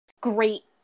Great